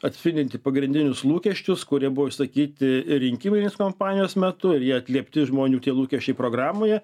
atspindinti pagrindinius lūkesčius kurie buvo išsakyti ir rinkiminės kampanijos metu ir jie atliepti žmonių tie lūkesčiai programoje